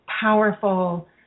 powerful